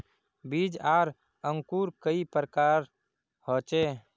बीज आर अंकूर कई प्रकार होचे?